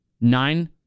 nine